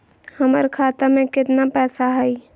हमर खाता मे केतना पैसा हई?